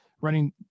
running